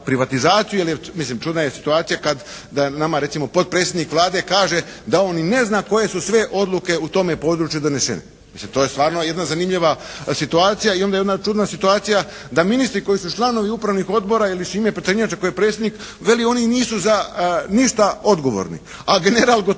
privatizaciju, jer mislim čudna je situacija kad, nama recimo potpredsjednik Vlade kaže da on i ne zna koje su sve odluke u tome području donešene. Mislim to je stvarno jedna zanimljiva situacija. I onda jedna čudna situacija da ministri koji su članovi upravnih odbora ili Šime Prtenjača koji je predsjednik veli, oni nisu za ništa odgovorni.